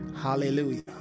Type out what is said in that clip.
Hallelujah